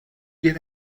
get